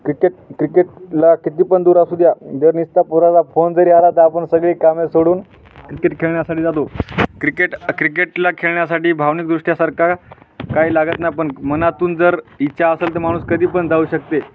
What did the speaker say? cricket क्रिकेटला किती पण दूर असू द्या जर नुसता पोराचा फोन जरी आला तर आपण सगळी कामे सोडून क्रिकेट खेळण्यासाठी जातो क्रिकेट क्रिकेटला खेळण्यासाठी भावनिकदृष्ट्या सारखा काही लागत नाही पण मनातून जर इच्छा असेल तर माणूस कधी पण जाऊ शकते